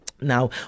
Now